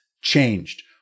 changed